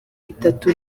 itatu